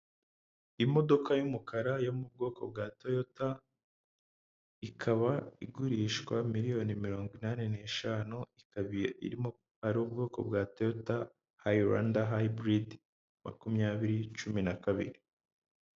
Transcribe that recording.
Imodoka y'umukara yo mu bwoko bwa Toyota, ikaba igurishwa miliyoni mirongo inani n'eshanu, ikaba irimo, ari ubwoko bwa Toyota Hayiranda hayiburide makumyabiri cumi na kabiri.